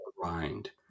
grind